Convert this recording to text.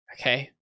okay